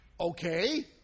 Okay